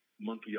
monkey